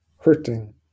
hurting